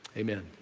amen.